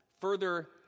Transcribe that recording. further